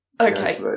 Okay